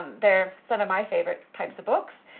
they're some of my favourite types of books,